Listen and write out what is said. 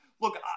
Look